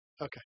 Okay